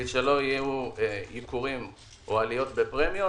זה קורה לא מעט בהוראות שלנו,